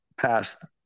past